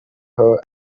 her